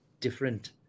different